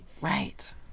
Right